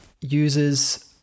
uses